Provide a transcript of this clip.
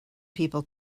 people